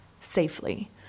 safely